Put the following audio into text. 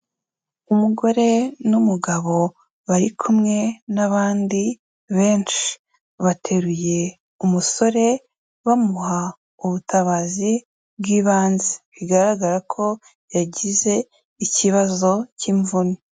Umugore n'umugabo bari kumwe n'abandi benshi, bateruye umusore bamuha ubutabazi bw'ibanze, bigaragara ko yagize ikibazo cy'imvune.